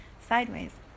sideways